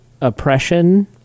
oppression